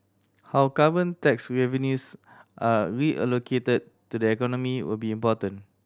how carbon tax revenues are reallocated to the economy will be important